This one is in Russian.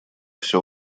всё